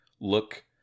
look